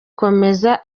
komeza